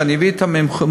ואני אביא את המומחים,